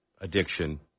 addiction